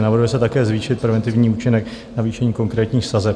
Navrhuje se také zvýšit preventivní účinek navýšení konkrétních sazeb.